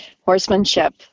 horsemanship